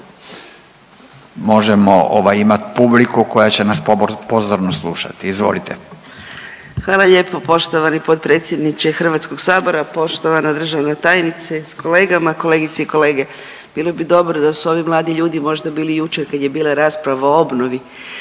možemo imati publiku koja će nas pozorno slušati. Izvolite. **Mrak-Taritaš, Anka (GLAS)** Hvala lijepo poštovani potpredsjedniče HS-a, poštovana državna tajnice s kolegama, kolegice i kolege. Bilo bi dobro da su ovi mladi ljudi možda bili jučer kad je bila rasprava o obnovi